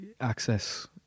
access